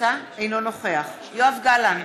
אינו נוכח יואב גלנט,